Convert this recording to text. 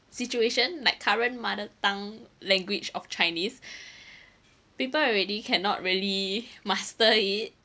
situation like current mother tongue language of chinese people already cannot really master it